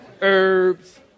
herbs